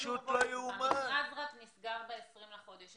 המכרז רק נסגר ב-20 לחודש.